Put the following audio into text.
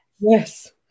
Yes